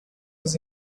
was